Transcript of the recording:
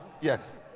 Yes